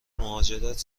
مهاجرت